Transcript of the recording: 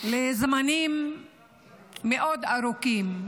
לזמנים מאוד ארוכים.